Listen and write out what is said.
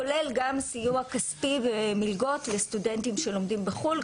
כולל גם סיוע כספי ומלגות לסטודנטים שלומדים בחו"ל,